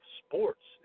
sports